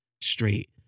straight